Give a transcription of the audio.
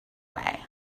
way